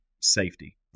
safety